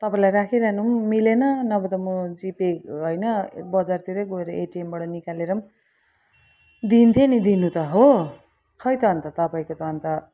तपाईँलाई राखिरहनु पनि मिलेन नभए त म जिपे होइन बजारतिरै गएर एटिएमबाट निकालेर पनि दिन्थेँ नि दिनु त हो खोइ त अन्त तपाईँको त अन्त